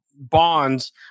bonds